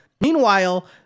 meanwhile